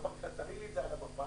אמרתי לה תראי לי את זה על המפה.